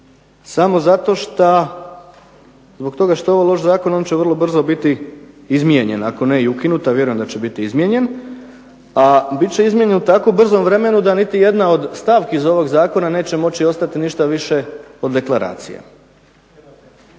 samo zato šta, zbog toga što je ovo loš zakon on će vrlo brzo biti izmijenjen, ako ne ukinut, a vjerujem da će biti izmijenjen, a bit će izmijenjen u tako brzom vremenu da niti jedna od stavki iz ovog zakona neće moći ostati ništa više od deklaracije.